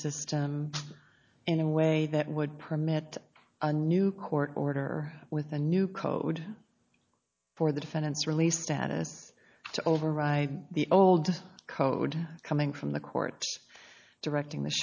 system in a way that would permit a new court order with a new code for the defendants released status to override the old code coming from the courts directing the